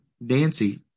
Nancy